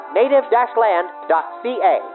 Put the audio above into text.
native-land.ca